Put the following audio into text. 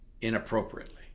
inappropriately